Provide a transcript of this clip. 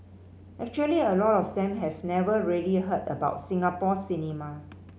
actually a lot of them have never really heard about Singapore cinema